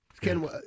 Ken